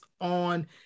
on